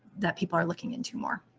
that people are looking into more.